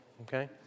okay